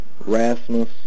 Rasmus